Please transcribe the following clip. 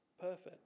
perfect